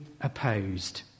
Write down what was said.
opposed